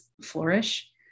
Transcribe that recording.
flourish